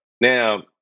now